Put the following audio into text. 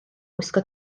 gwisgo